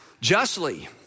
justly